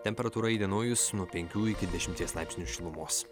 temperatūra įdienojus nuo penkių iki dešimties laipsnių šilumos